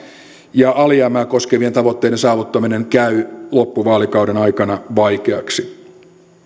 ja alijäämää koskevien tavoitteiden saavuttaminen käy loppuvaalikauden aikana vaikeaksi